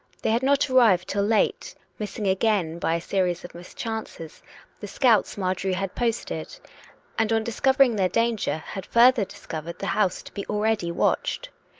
they had not arrived till late, missing again, by a series of mischances, the scouts marjorie had posted and, on discovering their danger, had further discovered the house to be already watched.